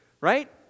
right